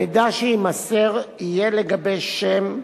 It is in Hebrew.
המידע שיימסר יהיה לגבי שם,